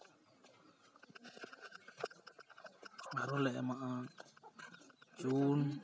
ᱟᱨᱚᱞᱮ ᱮᱢᱟᱜᱼᱟ ᱪᱩᱱ